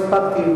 לא הספקתי.